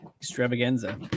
extravaganza